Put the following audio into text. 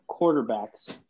quarterbacks